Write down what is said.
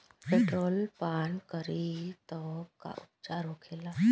Petrol पान करी तब का उपचार होखेला?